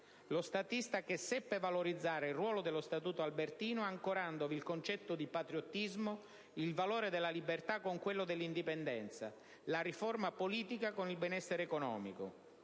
lo statista che seppe valorizzare il ruolo dello Statuto albertino ancorandovi il concetto di patriottismo, il valore della libertà con quello dell'indipendenza, la riforma politica con il benessere economico.